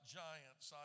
giants